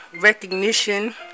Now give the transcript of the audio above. Recognition